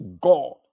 God